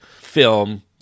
film